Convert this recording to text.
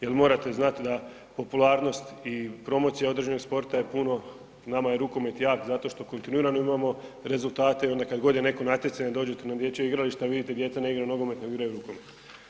Jer morate znati da popularnost i promocija određenog sporta je puno, nama je rukomet jak zato što kontinuirano imamo rezultate i onda kad god je neko natjecanje dođete na dječje igralište, a vidite dijete ne igra nogomet nego igra rukomet.